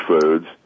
foods